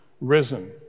risen